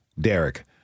Derek